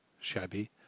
shabby